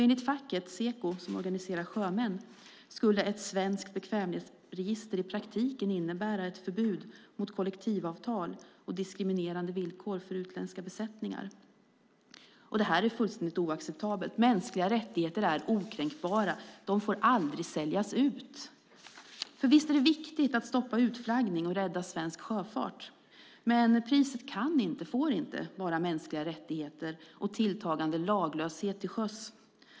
Enligt facket, Seko som organiserar sjömän, skulle ett svenskt bekvämlighetsregister i praktiken innebära ett förbud mot kollektivavtal och diskriminerande villkor för utländska besättningar. Det här är fullständigt oacceptabelt. Mänskliga rättigheter är okränkbara - de får aldrig säljas ut. Visst är det viktigt att stoppa utflaggning och rädda svensk sjöfart, men priset kan inte och får inte vara mänskliga rättigheter och tilltagande laglöshet till sjöss.